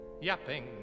Yapping